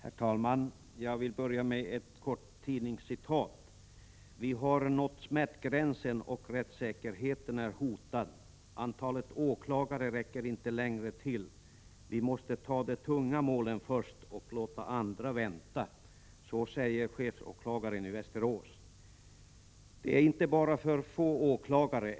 Herr talman! Jag vill börja med ett kort tidningscitat: ”Vi har nått smärtgränsen och rättssäkerheten är hotad. Antalet åklagare räcker inte längre till. Vi måste ta de "tunga" målen först och låta andra vänta.” Så säger chefsåklagaren i Västerås. Tidningen fortsätter: ”Det är inte bara för få åklagare.